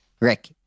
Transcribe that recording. Rick